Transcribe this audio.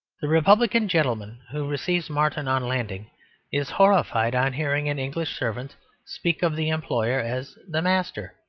the republican gentleman who receives martin on landing is horrified on hearing an english servant speak of the employer as the master.